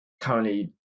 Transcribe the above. currently